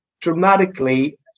dramatically